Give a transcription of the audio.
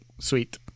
sweet